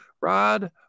Rod